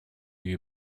you